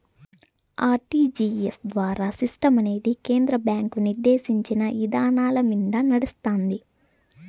RTGS ద్వారా సిస్టమనేది కేంద్ర బ్యాంకు నిర్దేశించిన ఇదానాలమింద నడస్తాంది